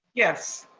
yes.